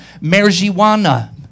marijuana